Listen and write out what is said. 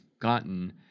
gotten